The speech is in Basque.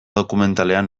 dokumentalean